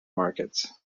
markets